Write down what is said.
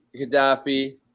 Gaddafi